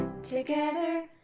together